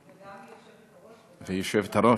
גם היושבת-ראש וגם מזכירת הכנסת.